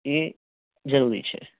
એ જરૂરી છે